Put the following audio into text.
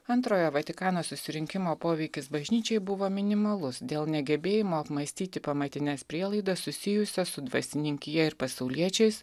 antrojo vatikano susirinkimo poveikis bažnyčiai buvo minimalus dėl negebėjimo apmąstyti pamatines prielaidas susijusias su dvasininkija ir pasauliečiais